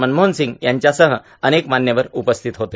मनमोहनसिंग यांच्यासह अनेक मान्यवर उपस्थित होते